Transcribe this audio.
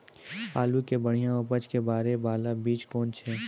आलू के बढ़िया उपज करे बाला बीज कौन छ?